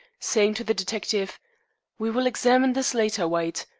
saying to the detective we will examine this later, white.